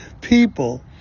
people